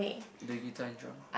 the guitar and drum